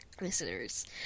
listeners